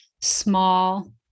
small